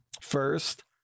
first